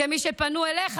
כמי שפנו אליך,